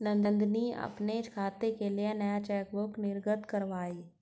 नंदनी अपने खाते के लिए नया चेकबुक निर्गत कारवाई